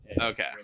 Okay